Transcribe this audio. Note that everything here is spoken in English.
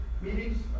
meetings